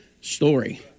story